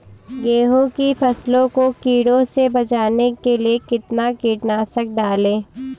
गेहूँ की फसल को कीड़ों से बचाने के लिए कितना कीटनाशक डालें?